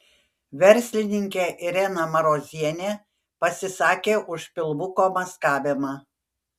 verslininkė irena marozienė pasisakė už pilvuko maskavimą